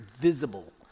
visible